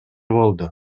болду